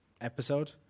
episode